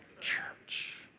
church